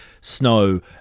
snow